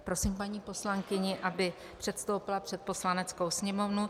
Prosím paní poslankyni, aby předstoupila před Poslaneckou sněmovnu.